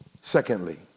secondly